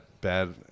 bad